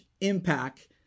impact